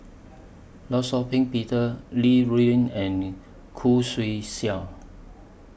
law Shau Ping Peter Li Rulin and Khoo Swee Chiow